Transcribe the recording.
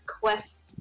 quest